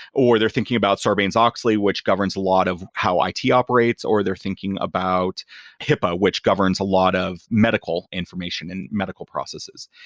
or their thinking about sarbanes-oxley, which governs a lot of how it operates or their thinking about hipaa, which governs a lot of medical information and medical processes.